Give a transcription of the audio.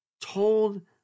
told